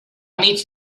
mig